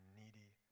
needy